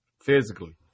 physically